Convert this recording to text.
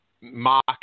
Mark